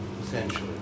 Essentially